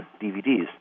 DVDs